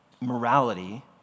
morality